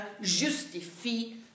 justifie